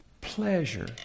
pleasure